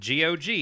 GOG